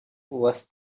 was